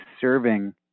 serving